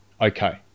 okay